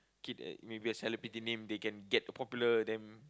kid maybe a celebrity they can get popular then